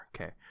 Okay